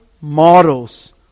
models